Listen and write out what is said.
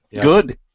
Good